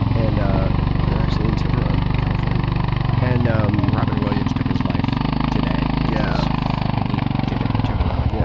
and ah we were actually in tiburon, california paul and um robin williams took his life today, yeah and he did it in tiburon. yeah